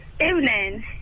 Evening